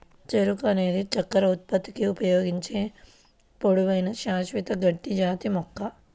చెరకు అనేది చక్కెర ఉత్పత్తికి ఉపయోగించే పొడవైన, శాశ్వత గడ్డి జాతి మొక్క